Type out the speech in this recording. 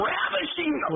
Ravishing